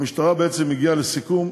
המשטרה בעצם הגיעה לסיכום,